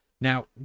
now